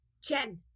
Jen